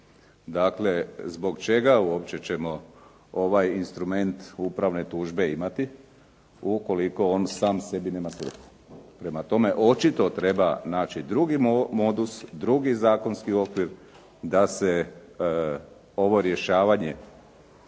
Dakle, zbog čega uopće ćemo ovaj instrument upravne tužbe imati ukoliko on sam sebi nema svrhe? Prema tome, očito treba naći drugi modus, drugi zakonski okvir da se ovo rješavanje,